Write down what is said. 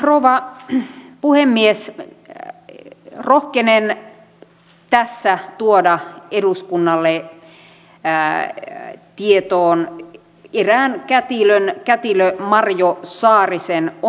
mutta rouva puhemies rohkenen tässä tuoda eduskunnalle tietoon erään kätilön kätilö marjo saarisen oman elämänkokemuksen